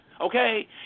Okay